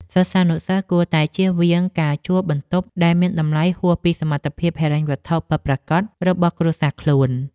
សិស្សានុសិស្សគួរតែចៀសវាងការជួលបន្ទប់ដែលមានតម្លៃហួសពីសមត្ថភាពហិរញ្ញវត្ថុពិតប្រាកដរបស់គ្រួសារខ្លួន។